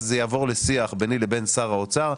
אז זה יעבור לשיח ביני לבין שר האוצר.